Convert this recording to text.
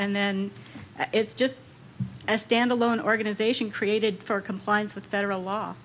and then it's just a stand alone organization created for compliance with federal law